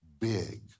big